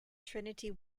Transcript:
trinity